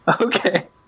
okay